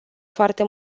foarte